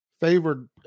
favored